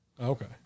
Okay